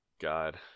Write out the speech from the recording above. God